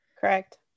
correct